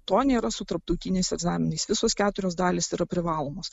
to nėra su tarptautiniais egzaminais visos keturios dalys yra privalomos